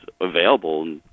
available